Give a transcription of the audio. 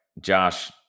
Josh